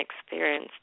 experience